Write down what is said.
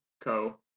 Co